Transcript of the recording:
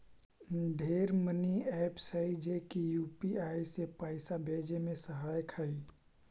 ढेर money apps हई जे की यू.पी.आई से पाइसा भेजे में सहायक हई